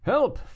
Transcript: Help